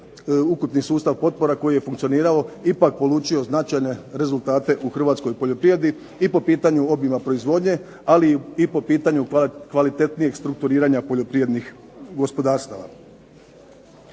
ukupni sustav potpora koji je funkcionira ipak polučio značajne rezultate u Hrvatskoj poljoprivredi i po pitanju obima proizvodnje ali i po pitanju kvalitetnijeg strukturiranja poljoprivrednih gospodarstava.